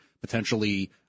potentially